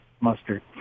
mustard